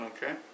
Okay